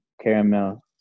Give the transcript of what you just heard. caramel